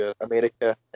America